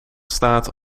staat